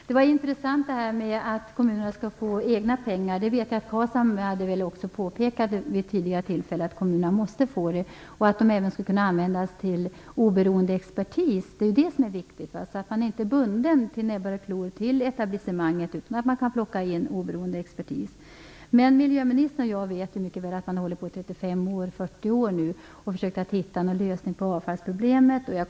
Fru talman! Detta med att kommunerna skall få egna pengar var intressant att höra. Jag vet att det vid ett tidigare tillfälle har påpekats att kommunerna måste få det och att pengarna även skulle kunna användas till oberoende expertis. Det är detta som är viktigt för att man inte skall vara bunden med näbbar och klor till etablissemanget utan att man kan anlita oberoende expertis. Men miljöministern och jag vet ju mycket väl att man nu har hållit på i 35-40 år för att försöka att hitta en lösning på avfallsproblemet.